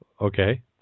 Okay